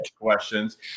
questions